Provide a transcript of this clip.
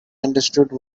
understood